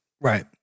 right